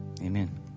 Amen